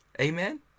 Amen